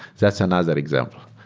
that's another example.